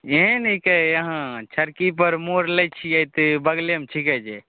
इहैँ ने हिकै यहाँ चरकीपर मोड़ लै छिए से बगलेमे छिकै जे